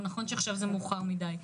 נכון שעכשיו זה מאוחר מדי,